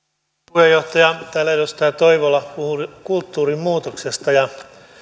puheenjohtaja täällä edustaja toivola puhui kulttuurinmuutoksesta ja